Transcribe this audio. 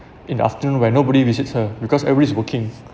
in the afternoon where nobody visits her because everybody is working